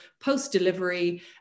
post-delivery